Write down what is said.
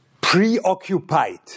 preoccupied